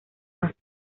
más